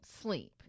sleep